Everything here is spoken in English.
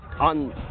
on